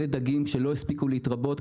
הם דגים שלא הספיקו להתרבות,